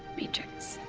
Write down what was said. matrix.